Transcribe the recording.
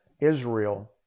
Israel